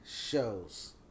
shows